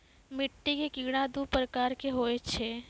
मिट्टी के कीड़ा दू प्रकार के होय छै